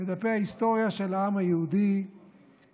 בדפי ההיסטוריה של העם היהודי הוא הפרקים